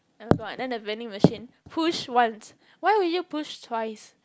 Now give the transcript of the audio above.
and then what and then vending machine push once why would you push twice